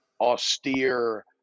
austere